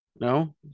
No